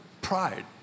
pride